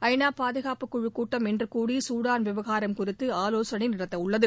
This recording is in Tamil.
ஐநா பாதுகாப்புக்குழுக் கூட்டம் இன்று கூடி சூடான் விவகாரம் குறித்து ஆலோசனை நடத்தவுள்ளது